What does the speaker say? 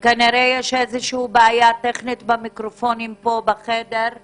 מתוכם שיעור הזכאים להבטחת הכנסת במגזר הערבי